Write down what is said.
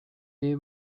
they